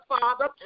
Father